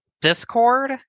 Discord